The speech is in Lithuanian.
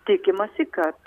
tikimasi kad